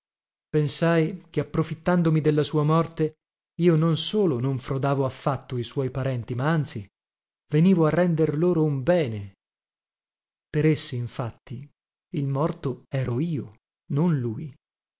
pensai che approfittandomi della sua morte io non solo non frodavo affatto i suoi parenti ma anzi venivo a render loro un bene per essi infatti il morto ero io non lui